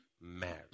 married